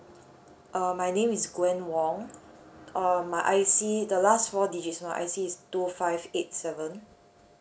uh my name is gwen wong uh my I_C the last four digits of my I_C is two five eight seven